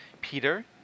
Peter